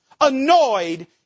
annoyed